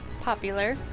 popular